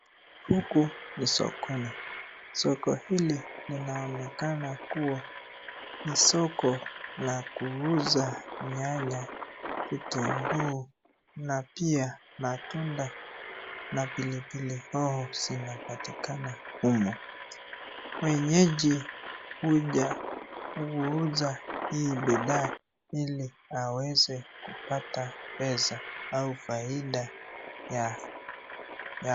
Huku ni sokoni, soko hili linaonekana kuwa ni soko la kuuza nyanya, vitunguu na pia matunda na pilipili ambao zinapatikana hapa, wenyeji huja kuonja hii bidhaa ili waweze kupata pesa au faida ya.